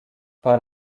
par